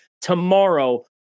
tomorrow